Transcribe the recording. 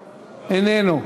איננו.